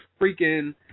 freaking